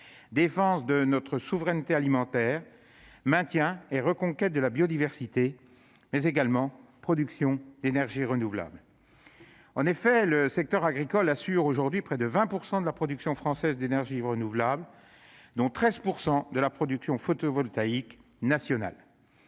défense de notre souveraineté alimentaire, le maintien et la reconquête de la biodiversité, mais également la production d'énergies renouvelables. En effet, le secteur agricole assure aujourd'hui près de 20 % de la production française d'énergies renouvelables, et 13 % de la production photovoltaïque nationale.